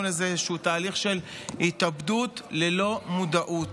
לאיזשהו תהליך של התאבדות ללא מודעות.